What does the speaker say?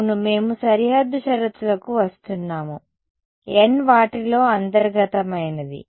అవును మేము సరిహద్దు షరతులకు వస్తున్నాము n వాటిలో అంతర్గతమైనవి